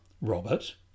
Robert